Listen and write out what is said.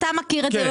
אתה מכיר את זה,